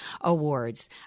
awards